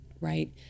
Right